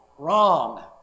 Wrong